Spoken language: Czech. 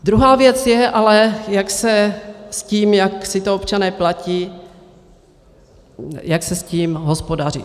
Druhá věc je ale, jak se s tím, jak si to občané platí, jak se s tím hospodaří.